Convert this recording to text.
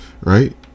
right